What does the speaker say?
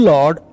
Lord